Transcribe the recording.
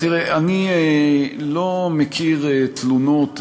תראה, אני לא מכיר תלונות,